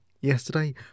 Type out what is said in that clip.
yesterday